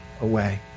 away